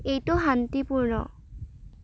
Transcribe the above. এইটো শান্তিপূৰ্ণ